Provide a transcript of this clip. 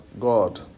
God